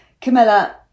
Camilla